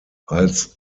als